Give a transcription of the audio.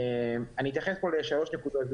ברשותך, אני אתייחס לשלוש נקודות.